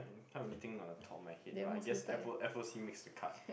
can't really think on the top of my head but I guess apple apple seem makes the cut